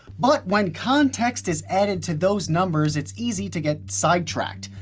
but when context is added to those numbers, it's easy to get sidetracked.